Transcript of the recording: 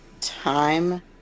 time